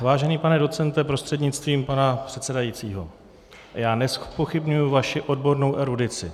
Vážený pane docente prostřednictvím pana předsedajícího, já nezpochybňuji vaši odbornou erudici.